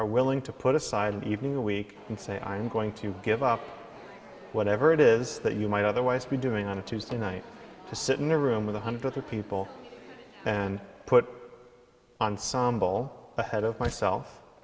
are willing to put aside an evening a week and say i'm going to give up whatever it is that you might otherwise be doing on a tuesday night to sit in a room with a hundred people and put ensemble ahead of myself